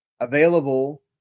available